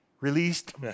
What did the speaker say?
released